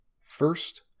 First